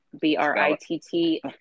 B-R-I-T-T